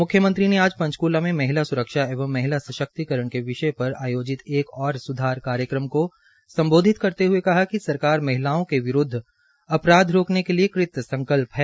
म्ख्यमंत्री ने आज पंचकूला में महिला सुरक्षा एवं महिला सशक्तिकरण के विषय पर आयोजित एक और सुधार कार्यक्रम को संबोधित करते हुए कहा कि सरकार महिलाओं के विरूद्व अपराध रोकने के लिए कृत संकल्प है